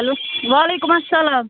hello وعلیکُم اسلام